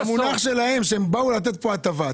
אני רק השתמשתי במונח שלהם, שהם באו לתת פה הטבה.